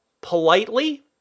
politely